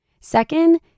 Second